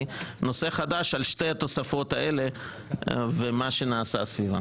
נושא חדש על שתי התוספות האלה ומה שנעשה סביבן.